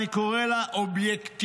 אני קורא לה אובייקטיבית"